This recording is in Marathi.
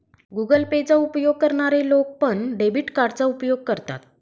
गुगल पे चा उपयोग करणारे लोक पण, डेबिट कार्डचा उपयोग करतात